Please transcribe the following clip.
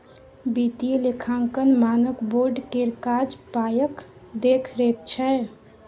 वित्तीय लेखांकन मानक बोर्ड केर काज पायक देखरेख छै